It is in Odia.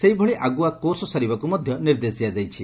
ସେହିଭଳି ଆଗୁଆ କୋର୍ସ ସାରିବାକୁ ମଧ୍ୟ ନିର୍ଦ୍ଦେଶ ଦିଆଯାଇଛି